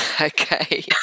Okay